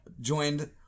joined